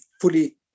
fully